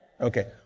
okay